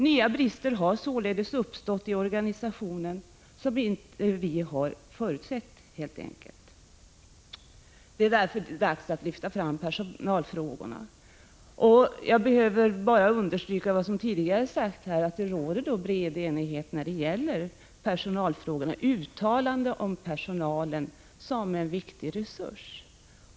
Nya brister har således uppstått i organisationen, som vi helt enkelt inte har förutsett. Det är därför dags att lyfta fram personalfrågorna. Jag behöver bara understryka vad som sagts här tidigare, nämligen att det råder bred enighet när det gäller uppfattningen att personalen är en viktig resurs.